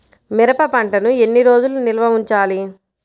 మిరప పంటను ఎన్ని రోజులు నిల్వ ఉంచాలి?